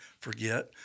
forget